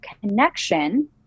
connection